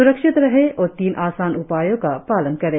स्रक्षित रहें और तीन आसान उपायों का पालन करें